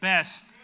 best